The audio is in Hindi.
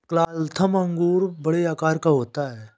वाल्थम अंगूर बड़े आकार का होता है